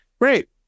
Great